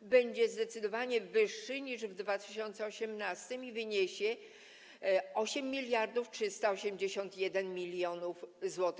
będzie zdecydowanie wyższy niż w 2018 r. i wyniesie 8381 mln zł.